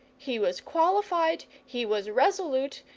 he was qualified, he was resolute,